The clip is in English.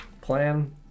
plan